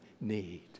need